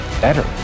better